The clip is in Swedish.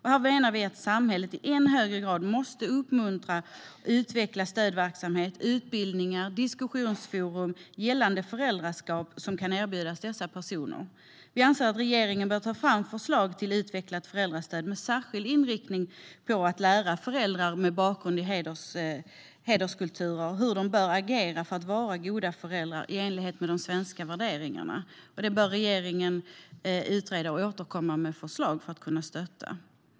Här menar vi att samhället i ännu högre grad måste uppmuntra och utveckla stödverksamhet, utbildningar och diskussionsforum om föräldraskap för dessa personer. Vi anser att regeringen bör ta fram förslag till utvecklat föräldrastöd med särskild inriktning på att lära föräldrar med bakgrund i hederskulturer hur de bör agera för att vara goda föräldrar i enlighet med svenska värderingar. Regeringen bör utreda detta och återkomma med förslag.